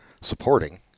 supporting